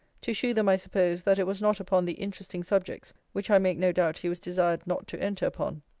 to shew them, i suppose, that it was not upon the interesting subjects which i make no doubt he was desired not to enter upon.